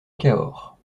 cahors